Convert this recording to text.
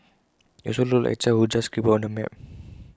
IT looks like A child just scribbled on the map